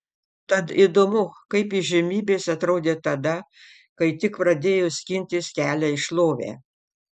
tad įdomu kaip įžymybės atrodė tada kai tik pradėjo skintis kelią į šlovę